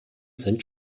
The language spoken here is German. sind